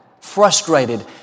frustrated